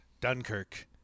Dunkirk